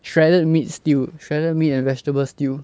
shredded meat stew shredded meat and vegetable stew